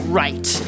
right